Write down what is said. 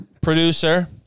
Producer